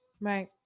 Right